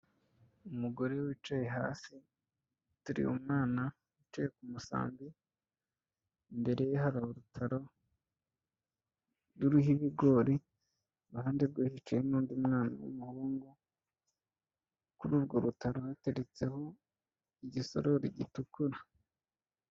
Umugore wicaye hasi, uteruye umwana, wicaye ku musambi, imbere ye hari urutaro ruriho ibigori, iruhande rwe hicaye n'undi mwana w'umuhungu, kuri urwo rutaro hateretseho igisorori gitukura.